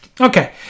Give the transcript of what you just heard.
Okay